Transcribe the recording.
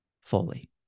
fully